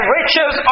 riches